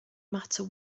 matter